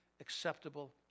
acceptable